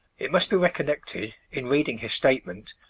it must be recollected, in reading his statement,